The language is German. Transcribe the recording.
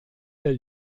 der